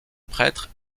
prêtre